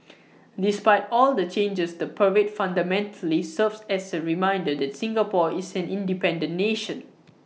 despite all the changes the parade fundamentally serves as A reminder that Singapore is an independent nation